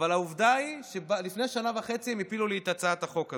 אבל העובדה היא שלפני שנה וחצי הם הפילו לי את הצעת החוק הזאת.